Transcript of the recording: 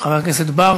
להשוות בין העובד